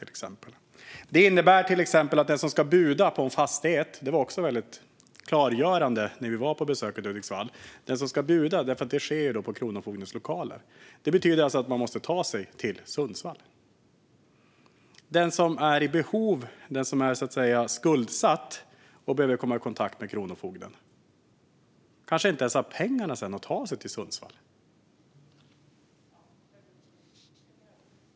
Det gjordes klart för oss under vårt besök i Hudiksvall att detta exempelvis innebär att den som ska buda på en fastighet måste ta sig till Sundsvall, eftersom det här sker i Kronofogdens lokaler. Den som är i behov av tjänsterna, den som är skuldsatt och behöver komma i kontakt med Kronofogden, kanske inte ens har pengar för att ta sig till Sundsvall.